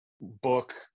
book